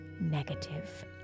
negative